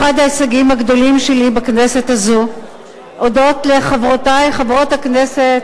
הבת שלי --- אל תפתחי פה לשטן, עוד יגרשו אותו.